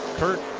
kurt,